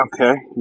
Okay